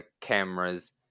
cameras